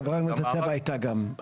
החברה להגנת הטבע הייתה גם.